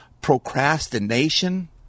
Procrastination